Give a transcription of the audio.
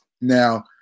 Now